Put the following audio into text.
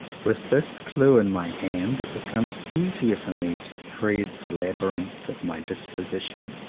with this clue in my hand it becomes easier for me to thread the labyrinth of my disposition.